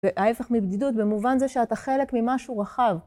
ההפך מבדידות במובן זה שאתה חלק ממשהו רחב.